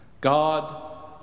God